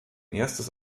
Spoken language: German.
erstes